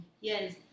Yes